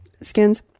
Skins